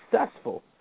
successful